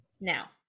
Now